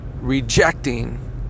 rejecting